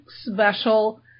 special